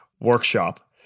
workshop